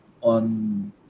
on